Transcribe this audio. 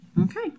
Okay